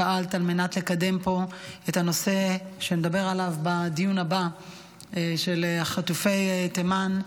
פעלת על מנת לקדם פה את הנושא שנדבר עליו בדיון הבא של חטופי תימן.